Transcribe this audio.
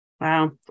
Wow